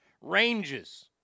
Ranges